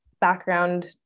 background